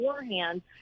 beforehand